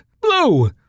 Blue